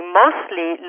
mostly